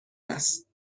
است